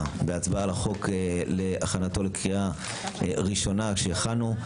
בהצבעה על החוק להכנתו לקריאה ראשונה שהכנו.